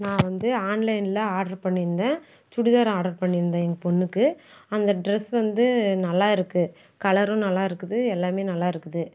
நான் வந்து ஆன்லைனில் ஆர்டர் பண்ணியிருந்தேன் சுடிதார் ஆர்டர் பண்ணியிருந்தேன் எங்கள் பெண்ணுக்கு அந்த ட்ரெஸ் வந்து நல்லாயிருக்கு கலரும் நல்லாருக்குது எல்லாமே நல்லாருக்குது